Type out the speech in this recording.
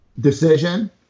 decision